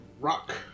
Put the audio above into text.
Rock